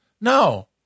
No